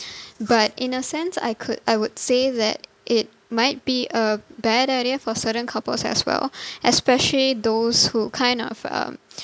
but in a sense I could I would say that it might be a bad idea for certain couples as well especially those who kind of um